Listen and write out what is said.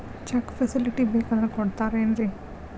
Check facility ಬೇಕಂದ್ರ ಕೊಡ್ತಾರೇನ್ರಿ?